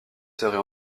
serait